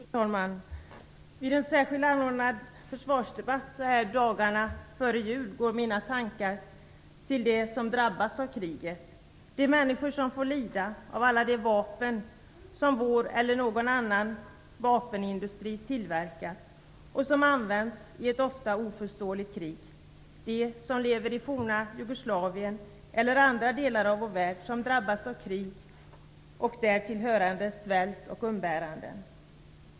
Fru talman! Vid en särskilt anordnad försvarsdebatt så här dagarna före jul går mina tankar till dem som drabbas av kriget, de människor som får lida av alla de vapen som vår eller någon annan vapenindustri tillverkat och som används i ett ofta oförståeligt krig, de som lever i forna Jugoslavien eller andra delar av vår värld som drabbas av krig och därtill hörande svält och umbäranden.